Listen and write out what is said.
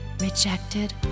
rejected